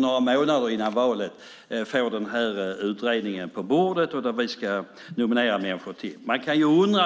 några månader före valet, får utredningen på bordet. Nu ska det nomineras människor till den.